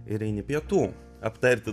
ir eini pietų aptarti